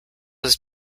was